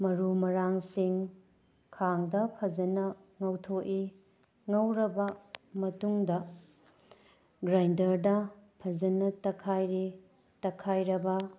ꯃꯔꯨ ꯃꯔꯥꯡ ꯁꯤꯡ ꯈꯥꯡꯗ ꯐꯖꯅ ꯉꯧꯊꯣꯛꯏ ꯉꯧꯔꯕ ꯃꯇꯨꯡꯗ ꯒ꯭ꯔꯥꯏꯟꯗꯔꯗ ꯐꯖꯅ ꯇꯛꯈꯥꯏꯔꯦ ꯇꯛꯈꯥꯏꯔꯕ